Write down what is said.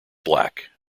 black